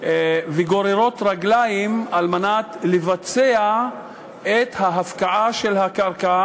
וגוררות רגליים בביצוע של ההפקעה של הקרקע